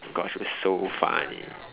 Gosh it was so funny